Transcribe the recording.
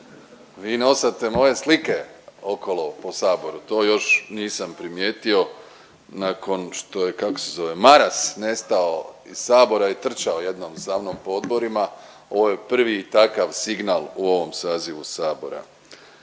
vi nosate moje slike okolo po Saboru, to još nisam primijetio nakon što je kako se zove Maras nestao iz Sabora i trčao jednom za mnom po odborima. Ovo je prvi takav signal u ovom sazivu Sabora.